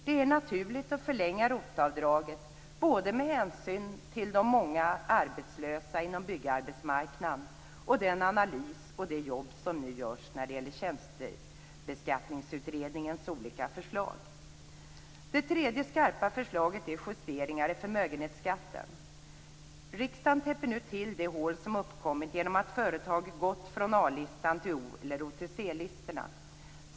Det är naturligt att förlänga ROT-avdraget, både med hänsyn till de många arbetslösa inom byggarbetsmarknaden och den analys och det jobb som görs när det gäller Det tredje skarpa förslaget är justeringar i förmögenhetsskatten. Riksdagen täpper nu till det hål som uppkommit genom att företag gått från A-listan till O listan eller OTC-listan.